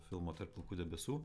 filmo tarp pilkų debesų